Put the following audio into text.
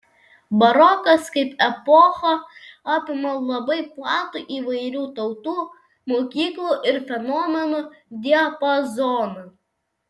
barokas kaip epocha apima labai platų įvairių tautų mokyklų ir fenomenų diapazoną